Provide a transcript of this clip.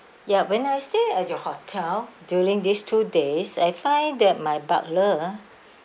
ya when I stay at your hotel during these two days I find that my butler ah